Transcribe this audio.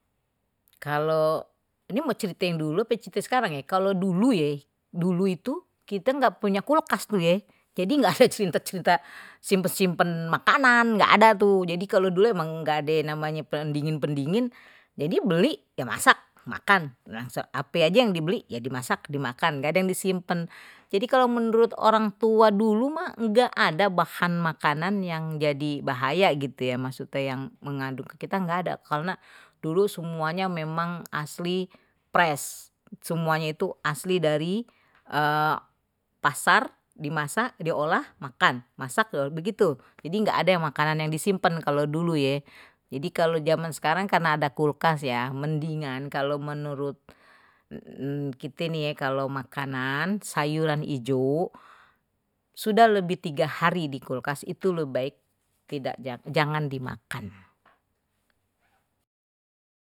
Kalo ini mau ceritain dulu ape yang sekarang ye, kalau dulu ya dulu itu kita nggak punya kulkas ye jadi nggak ada cerita cerita simpen simpen makanan nggak ada tuh jadi kalau dulu emang nggak ada yang namanya pendingin pendingin jadi beli ya masak makan ape aje, yang dibeli ya dimasak dimakan enggak ada yang disimpen, jadi kalau menurut orang tua dulu mah enggak ada bahan makanan yang jadi bahaya gitu ya maksudnya yang mengandung kita nggak ada karena dulu semuanya memang asli fresh semuanya itu asli dari pasar di masak diolah makan masak begitu jadi enggak ada yang makanan yang disimpan kalau dule ya jadi kalau zaman sekarang karena ada kulkas ya mendingan kalau menurut kite nih kalau makanan sayuran hijau sudah lebih tiga hari di kulkas itu lebih baik tidak jangan dimakan.